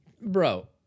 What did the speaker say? bro